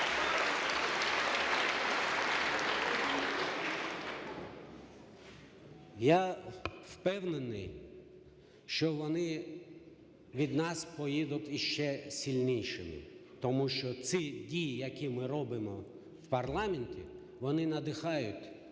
Я впевнений, що вони від нас поїдуть ще сильнішими, тому що ці дії, які ми робимо в парламенті, вони надихають наших